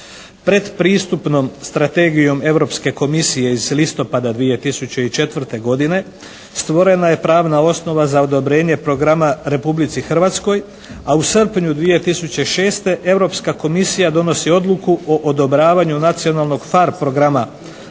Predpristupnom strategijom Europske komisije iz listopada 2004. godine stvorena je pravna osnova za odobrenje programa Republici Hrvatskoj, a u srpnju 2006. Europska Komisija donosi odluku o odobravanju nacionalnog PHARE programa